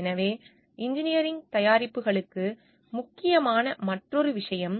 எனவே இன்ஜினியரிங் தயாரிப்புகளுக்கு முக்கியமான மற்றொரு விஷயம்